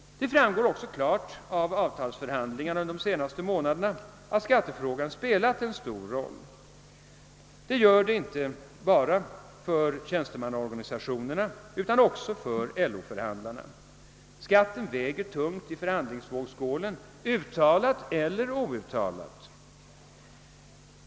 Det framgår klart av avtalsförhandlingarna under de senaste månaderna att skattefrågan spelat en stor roll. Den gör det inte bara för tjänstemannaorganisationerna utan också för LO-förhandlarna. Skatten väger tungt i förhandlingsvågskålen — uttalat eller outtalat.